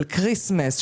של קריסמס,